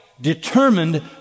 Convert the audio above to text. determined